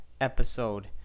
episode